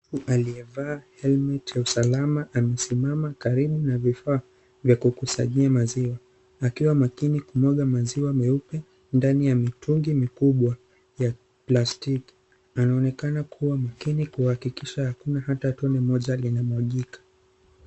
Mtu aliyevaa helmet ya usalama amesimama karibu na vifaa vya kukusanyia maziwa akiwa makini kumwaga maziwa meupe ndani ya mitungi mikubwa ya plastiki. Anaonekana kuwa makini kuhakikisha hakuna hata tone moja limemwagika.